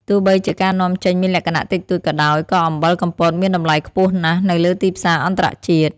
ទោះបីជាការនាំចេញមានលក្ខណៈតិចតួចក៏ដោយក៏អំបិលកំពតមានតម្លៃខ្ពស់ណាស់នៅលើទីផ្សារអន្តរជាតិ។